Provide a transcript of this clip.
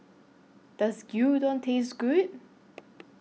Does Gyudon Taste Good